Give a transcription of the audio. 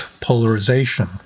polarization